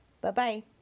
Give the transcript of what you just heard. Bye-bye